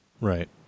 Right